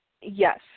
Yes